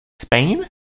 spain